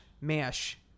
mash